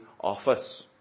office